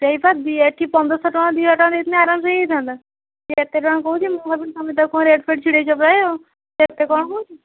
ସେଇ ପା ଏଠି ପନ୍ଦର ଶହ ଟଙ୍କା ଦୁଇ ହଜାର ଟଙ୍କା ଦେଇଥିନେ ଆରାମସେ ହେଇ ଏଇଥାନ୍ତା ସିଏ ଏତେ ଟଙ୍କା କହୁଛି ମୁଁ ଭାବିଲି ତମେ ତାକୁ କଣ ରେଟ୍ଫେଟ୍ ଛିଡ଼େଇଛ ପ୍ରାୟ ଆଉ ଏତେ କଣ କହୁଛି